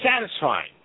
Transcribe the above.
satisfying